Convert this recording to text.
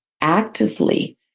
actively